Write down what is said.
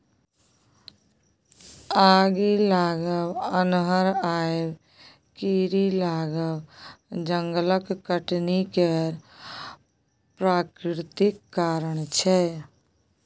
आगि लागब, अन्हर आएब, कीरी लागब जंगलक कटनी केर प्राकृतिक कारण छै